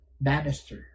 Bannister